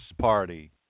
party